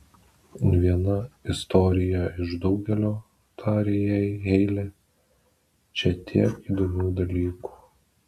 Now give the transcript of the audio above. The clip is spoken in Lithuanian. viena istorija iš daugelio tarė jai heile čia tiek įdomių dalykų